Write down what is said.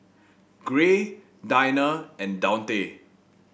Gray Dinah and Daunte